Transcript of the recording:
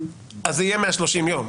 אז זה יהיה מה-30 יום.